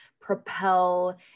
propel